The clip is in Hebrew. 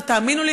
ותאמינו לי,